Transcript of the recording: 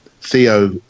Theo